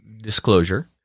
disclosure